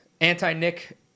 anti-nick